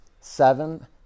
seven